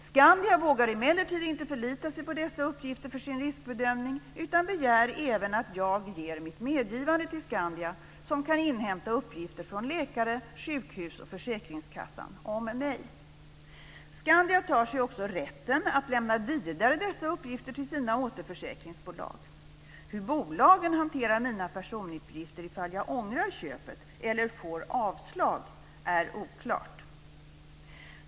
Skandia vågar emellertid inte förlita sig på dessa uppgifter för sin riskbedömning utan begär även att jag ger mitt medgivande till Skandia som kan inhämta uppgifter från läkare, sjukhus och försäkringskassan om mig. Skandia tar sig också rätten att lämna vidare dessa uppgifter till sina återförsäkringsbolag. Hur bolagen hanterar mina personuppgifter ifall jag ångrar köpet eller får avslag är oklart.